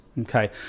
Okay